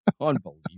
Unbelievable